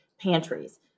pantries